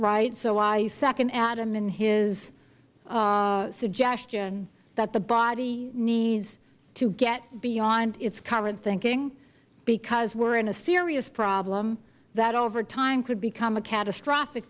right so i second adam in his suggestion that the body needs to get beyond its current thinking because we are in a serious problem that over time could become a catastrophic